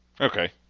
Okay